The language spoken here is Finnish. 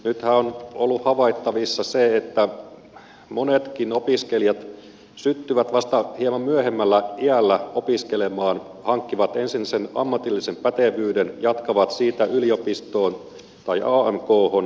nythän on ollut havaittavissa se että monetkin opiskelijat syttyvät vasta hieman myöhemmällä iällä opiskelemaan hankkivat ensin sen ammatillisen pätevyyden jatkavat siitä yliopistoon tai amkhon